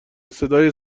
صدای